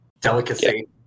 delicacy